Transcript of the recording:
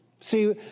See